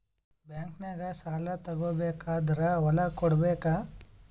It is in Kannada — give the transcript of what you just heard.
ಬ್ಯಾಂಕ್ನಾಗ ಸಾಲ ತಗೋ ಬೇಕಾದ್ರ್ ಹೊಲ ಕೊಡಬೇಕಾ?